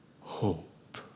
hope